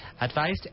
advised